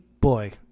boy